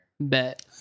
Bet